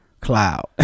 cloud